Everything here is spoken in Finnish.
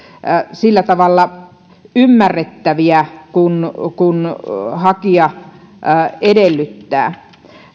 sillä tavalla ymmärrettäviä kuin hakija edellyttää